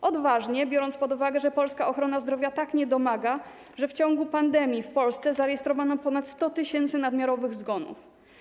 To odważne posunięcie, biorąc pod uwagę fakt, że polska ochrona zdrowia tak niedomaga, że w ciągu pandemii w Polsce zarejestrowano ponad 100 tys. nadmiarowych zgonów.